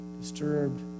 disturbed